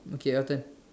okay your turn